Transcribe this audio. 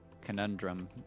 conundrum